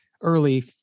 early